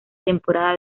temporada